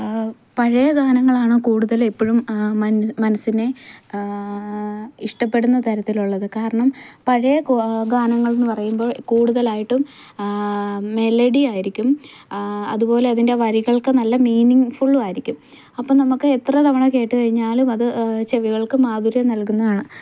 പഴയ ഗാനങ്ങളാണ് കൂടുതൽ എപ്പോഴും മൻ മനസ്സിനെ ഇഷ്ട്ടപ്പെടുന്ന തരത്തിൽ ഉള്ളത് കാരണം പഴയ ക് ഗാനങ്ങൾ എന്ന് പറയുമ്പോൾ കൂടുതലായിട്ടും മെലഡി ആയിരിക്കും അതുപോലെ അതിൻ്റെ വരികൾക്ക് നല്ല മീനിംഗ്ഫുള്ളും ആയിരിക്കും അപ്പോൾ നമുക്ക് എത്ര തവണ കേട്ടുകഴിഞ്ഞാലും അത് ചെവികൾക്ക് മാധുര്യം നൽകുന്നതാണ്